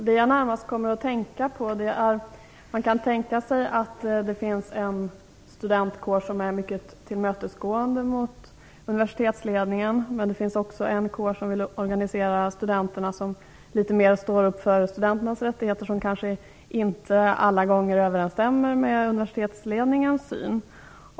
Fru talman! Jag tänker här närmast på eventuella fall där en studentkår är mycket tillmötesgående mot universitetsledningen medan en annan studentkår står litet mera för studenternas rättigheter, på ett sätt som inte alla gånger överensstämmer med universitetsledningens syn.